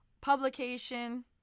publication